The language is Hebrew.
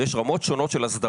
יש רמות שונות של הסדרה".